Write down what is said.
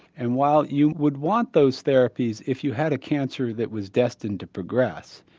and while you would want those therapies if you had a cancer that was destined to progress,